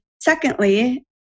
secondly